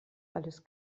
alles